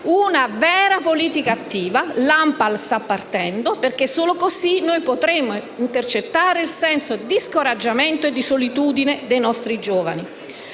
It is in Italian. una vera politica attiva, perché solo così noi potremo intercettare il senso di scoraggiamento e di solitudine dei nostri giovani.